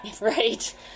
Right